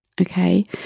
Okay